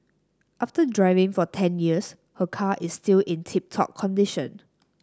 after driving for ten years her car is still in tip top condition